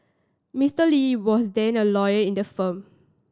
Mister Lee was then a lawyer in the firm